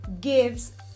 gives